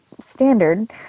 standard